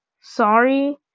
sorry